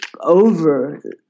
over